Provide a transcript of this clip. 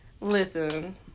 listen